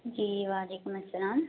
جی وعلیکم السلام